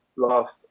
last